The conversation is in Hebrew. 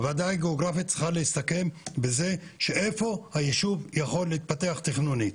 הוועדה הגיאוגרפית צריכה להסתכם בזה שאיפה הישוב יכול להתפתח תכנונית.